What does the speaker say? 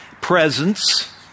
presence